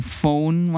phone